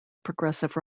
progressive